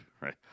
right